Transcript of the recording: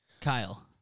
Kyle